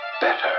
better